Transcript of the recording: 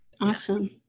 awesome